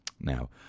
now